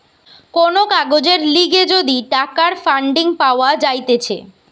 কোন কাজের লিগে যদি টাকার ফান্ডিং পাওয়া যাইতেছে